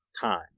time